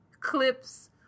clips